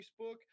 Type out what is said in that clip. facebook